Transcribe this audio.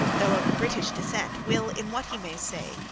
though of british descent, will, in what he may say,